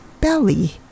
belly